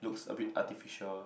looks a bit artificial